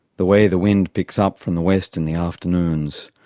the way the wind picks up from the west in the afternoons,